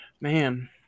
Man